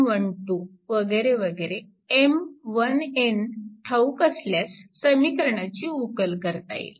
M1n ठाऊक असल्यास समीकरणाची उकल करता येईल